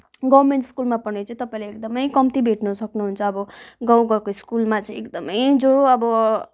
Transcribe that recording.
government स्कुलमा पढ्ने चाहिँ तपाईँले एकदमै कम्ती भेट्न सक्नुहुन्छ अब गाउँघरको स्कुमा चाहिँ एकदमै जो अब